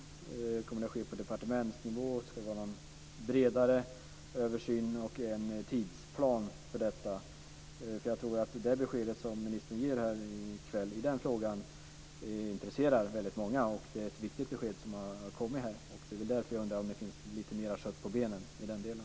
Kommer det att ske på departementsnivå? Ska det ske någon bredare översyn, och finns det en tidsplan för detta? Jag tror att det besked som ministern ger här i kväll i den frågan intresserar väldigt många, och det är ett viktigt besked som har getts här. Det är därför som jag undrar om det finns lite mer kött på benen i den delen.